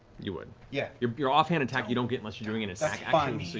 you would. yeah your your offhand attack you don't get unless you're doing an attack